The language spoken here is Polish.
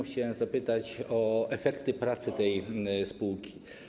Chciałem zapytać o efekty pracy tej spółki.